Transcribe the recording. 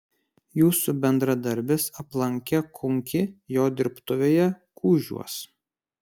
jūsų bendradarbis aplankė kunkį jo dirbtuvėje kužiuos